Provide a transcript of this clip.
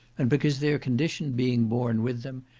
and because their condition being born with them,